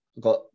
got